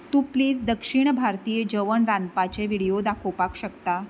तूंं प्लीज दक्षिण भारतीय जेवण रांदपाचे विडीओ दाखोवपाक शकता